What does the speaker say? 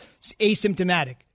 asymptomatic